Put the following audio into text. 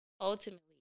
ultimately